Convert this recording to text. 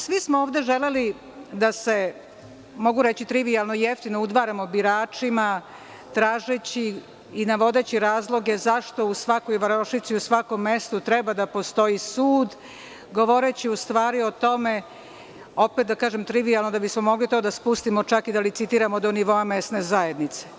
Svi smo ovde želeli da se, mogu reći trivijalno i jeftino, udvaramo biračima, tražeći i navodeći razloge – zašto u svakoj varošici, u svakom mestu treba da postoji sud, govoreći u stvari o tome, opet da kažem trivijalno, da bismo mogli to da spustimo, čak i da licitiramo do nivoa mesne zajednice.